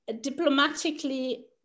diplomatically